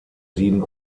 sieben